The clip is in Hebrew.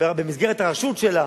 במסגרת הרשות שלה,